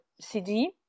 CD